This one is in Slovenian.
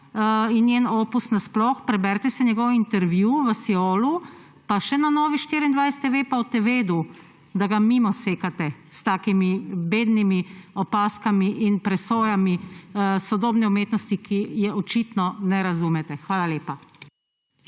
izjemno delo. Preberite si njegov intervju v Siolu pa še na Novi24 TV pa boste vedeli, da ga mimo sekate s takimi bednimi opazkami in presojami sodobne umetnosti, ki je očitno ne razumete. Hvala lepa.